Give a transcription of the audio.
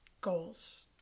goals